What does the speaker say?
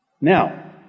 Now